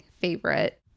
favorite